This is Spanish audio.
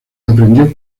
aprendió